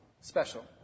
Special